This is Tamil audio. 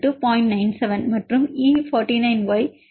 97 மற்றும் E49Y 2